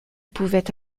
pouvait